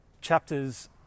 chapters